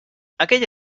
aquell